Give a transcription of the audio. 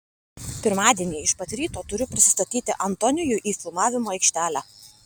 pirmadienį iš pat ryto turiu prisistatyti antonijui į filmavimo aikštelę